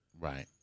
Right